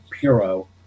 Puro